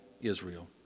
Israel